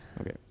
Okay